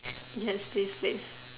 yes stay safe